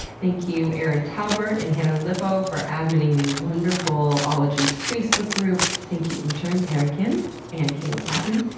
thank you erin talbert and hannah lipow for adminning the wonderful ologies facebook group. thank you interns haeri kim and caleb patton,